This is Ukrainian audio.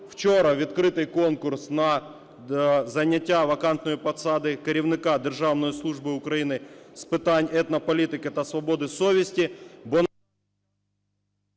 вчора відкритий конкурс на зайняття вакантної посади Керівника Державної служби України з питань етнополітики та свободи совісті.